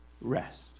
rest